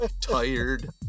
tired